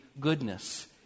goodness